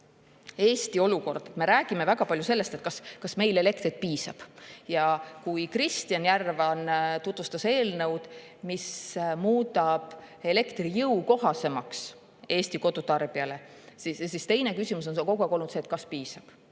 Eesti olukorda, siis me räägime väga palju sellest, kas meil elektrit piisab. Kui Kristjan Järvan tutvustas eelnõu, mis muudab elektri [hinna] jõukohasemaks Eesti kodutarbijale, siis teine küsimus on kogu aeg olnud see, kas elektrit piisab.